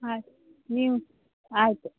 ಹಾಂ ನೀವು ಆಯಿತು